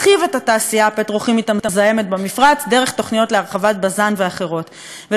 הפטרוכימית המזהמת במפרץ דרך תוכניות להרחבת בז"ן ותוכניות אחרות.